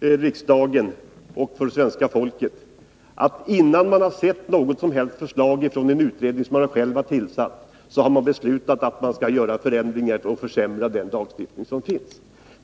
riksdagen och för svenska folket — innan man har sett något som helst förslag från den utredning som man själv har tillsatt — att man har beslutat att göra en förändring och att försämra den lagstiftning som finns.